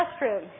restroom